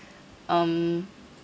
um